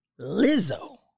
lizzo